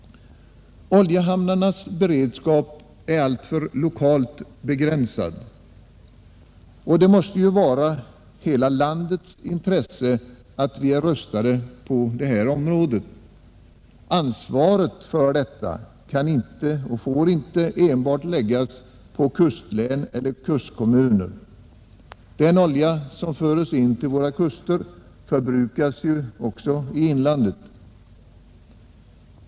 Oljehamnarnas beredskap är alltför lokalt begränsad. Och det måste ju vara hela landets intresse att vi är rustade på detta område. Ansvaret för detta kan inte och får inte enbart läggas på kustlän eller kustkommuner. Den olja som förs in till våra kuster förbrukas ju även i inlandet.